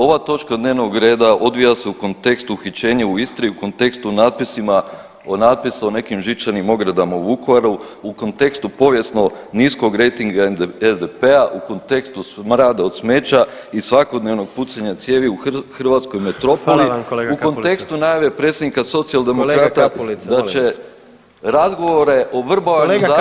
Ova točka dnevnog reda odvija se u kontekstu uhićenja u Istri, u kontekstu u natpisima, o natpisu o nekim žičanim ogradama u Vukovaru, u kontekstu povijesno niskog rejtinga SDP-a, u kontekstu smrada od smeća i svakodnevnog pucanja cijevi u hrvatskoj metropoli [[Upadica: Hvala vam kolega Kapulica.]] u kontekstu najave predsjednika Socijaldemokrata da će [[Upadica: Kolega Kapulica molim vas.]] da će razgovore o vrbovanju zastupnika